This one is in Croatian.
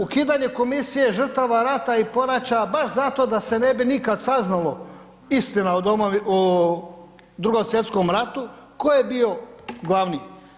Ukidanje Komisije žrtava rata i poraća baš zato da se ne bi nikada saznalo istina o 2. svjetskom ratu tko je bio glavni.